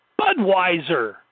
Budweiser